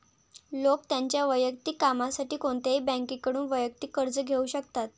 लोक त्यांच्या वैयक्तिक कामासाठी कोणत्याही बँकेकडून वैयक्तिक कर्ज घेऊ शकतात